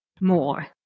more